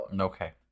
okay